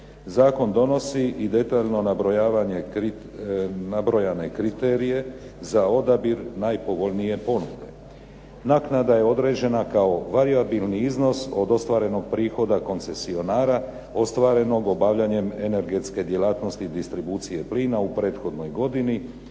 Zakon donosi i detaljno nabrojane kriterije za odabir najpovoljnije ponude. Naknada je određena kao varijabilni iznos od ostvarenog prihoda koncesionara ostvarenog obavljanjem energetske djelatnosti distribucije plina u prethodnoj godini